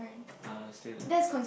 uh still the